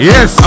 Yes